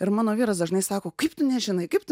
ir mano vyras dažnai sako kaip tu nežinai kaip tu